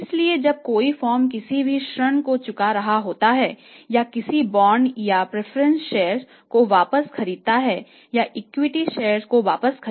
जब हम प्रेफरेंस शेयरों होता है